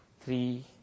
three